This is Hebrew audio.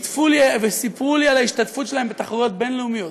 וסיפרו לי על ההשתתפות שלהם בתחרויות בין-לאומיות,